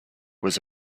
was